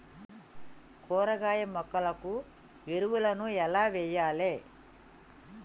కూరగాయ మొక్కలకు ఎరువులను ఎలా వెయ్యాలే?